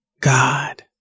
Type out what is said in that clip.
God